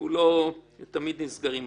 נסגרים התיקים.